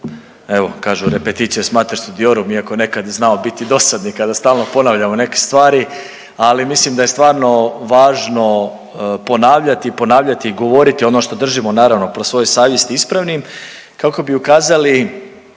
evo kažu „repetitio est mater studiorum“ iako je nekad znamo biti i dosadni kada stalno ponavljamo neke stvari, ali mislim da je stvarno važno ponavljati i ponavljati i govoriti ono što držimo naravno pri svojoj savjesti ispravnim kako bi ukazali